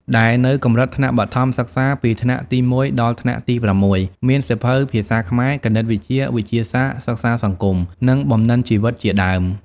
ដែលនៅកំរិតថ្នាក់បឋមសិក្សា ពីថ្នាក់ទី១ ដល់ថ្នាក់ទី៦ មានសៀវភៅភាសាខ្មែរ គណិតវិទ្យា វិទ្យាសាស្ត្រ សិក្សាសង្គម និងបំណិនជីវិតជាដើម។